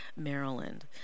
Maryland